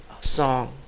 song